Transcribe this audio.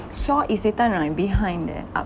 Shaw Isetan right behind there